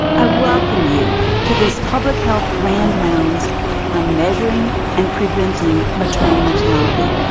i welcome you to this public health grand rounds on measuring and preventing maternal mortality.